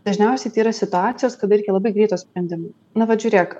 dažniausiai tai yra situacijos kada reikia labai greito sprendimo na vat žiūrėk